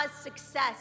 success